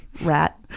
rat